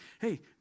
Hey